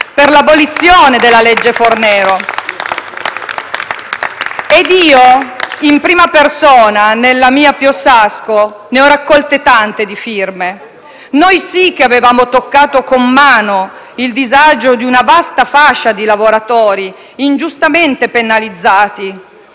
per l'abolizione della legge Fornero. *(Applausi dal Gruppo L-SP-PSd'Az)*. Io in prima persona, nella mia Piossasco, ne ho raccolte tante di firme. Noi sì che abbiamo toccato con mano il disagio di una vasta fascia di lavoratori ingiustamente penalizzati